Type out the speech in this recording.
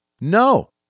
No